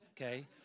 okay